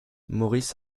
morris